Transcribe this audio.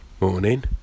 Morning